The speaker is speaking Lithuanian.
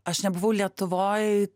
aš nebuvau lietuvoj